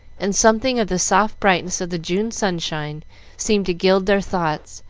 and something of the soft brightness of the june sunshine seemed to gild their thoughts,